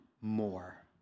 more